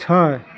छओ